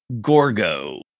Gorgo